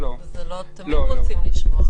אבל לא תמיד רוצים לשמוע.